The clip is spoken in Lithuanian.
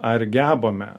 ar gebame